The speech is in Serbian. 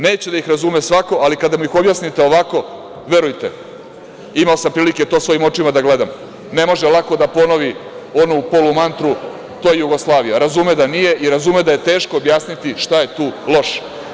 Neće da ih razume svako, ali kada mi pojasnite ovako, verujte, imao sam prilike to svojim očima da gledam, ne može lako da ponovi onu polumantru, to je Jugoslavija, razume da nije i razume da je teško objasniti šta je tu loše.